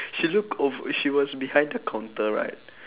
she looked over she was behind the counter right